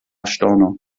ŝtono